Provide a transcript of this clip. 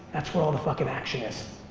that's where all the fucking action is.